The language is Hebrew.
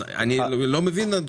אני באמת לא מבין.